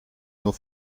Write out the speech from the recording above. nur